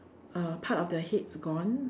uh part of their heads gone